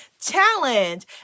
challenge